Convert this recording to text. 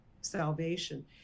salvation